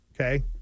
okay